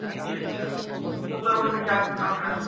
اچھا اچھا تو سر ان کا کیا ڈسکاؤنٹ رہے گا